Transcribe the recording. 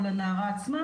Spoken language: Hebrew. או לנערה עצמם,